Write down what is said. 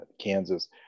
kansas